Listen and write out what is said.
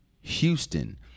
Houston